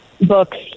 books